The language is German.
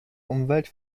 umwelt